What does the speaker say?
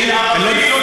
אדוני,